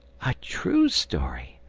a true story,